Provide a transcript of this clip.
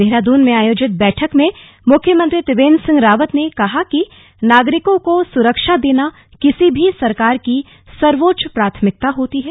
देहरादून में आयोजित बैठक में मुख्यमंत्री त्रिवेन्द्र सिंह रावत ने कहा कि नागरिकों को सुरक्षा देने किसी भी सरकार की सर्वोच्च प्राथमिकता होती है